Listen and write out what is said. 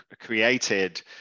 created